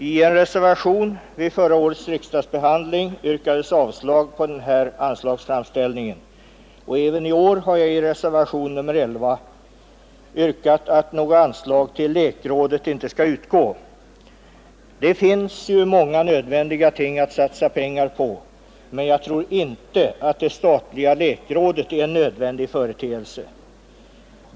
I en reservation vid förra årets riksdagsbehandling yrkade jag avslag på den här anslagsframställningen och även i år har jag, i reservationen 11, yrkat att något anslag till lekmiljörådet inte skall utgå. Det finns ju många nödvändiga saker att satsa pengar på, men jag tror inte att det statliga lekmiljörådet är en nödvändig företeelse.